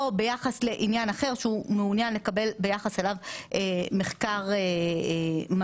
או ביחס לעניין אחר שהוא מעוניין לקבל ביחס אליו מחקר מהיר.